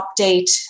update